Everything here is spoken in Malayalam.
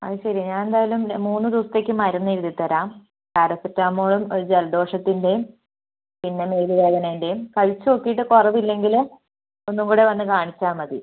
അത് ശെരി ഞാനെന്തായാലും മൂന്ന് ദിവസത്തേക്ക് മരുന്ന് എഴുതി തരാം പാരസെറ്റമോളും ഒരു ജലദോഷത്തിൻ്റെയും പിന്നെ മേലുവേദനയുടെയും കഴിച്ച് നോക്കിയിട്ട് കുറവില്ലെങ്കിൽ ഒന്നുകൂടി വന്നു കാണിച്ചാൽ മതി